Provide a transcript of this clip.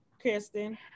Kristen